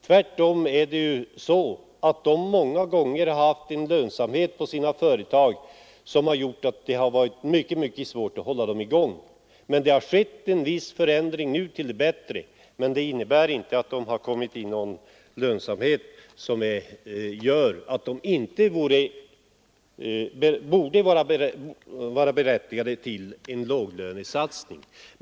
Tvärtom har lönsamheten ofta varit så dålig att man haft svårt att hålla företagen i gång. Nu har det skett en viss förändring till det bättre, men det innebär inte att de kommit upp i en lönsamhet som gör att de inte borde vara berättigade till en låglönesatsning.